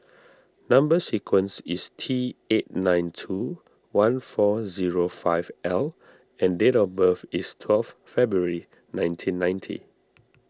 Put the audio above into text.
Number Sequence is T eight nine two one four zero five L and date of birth is twelve February nineteen ninety